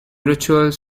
rituals